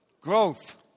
growth